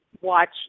watch